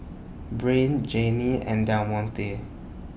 Brain Janine and Demonte